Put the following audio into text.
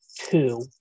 two